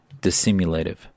dissimulative